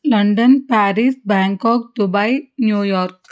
London Paris Bangkok Dubai New York